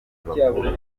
bakuru